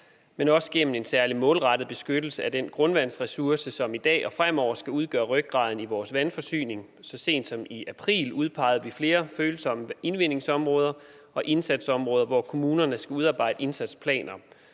men også gennem en særlig målrettet beskyttelse af den grundvandsressource, som i dag og fremover skal udgøre rygraden i vores vandforsyning. Så sent som i april udpegede vi flere følsomme indvindingsområder og indsatsområder, hvor kommunerne skal udarbejde indsatsplaner.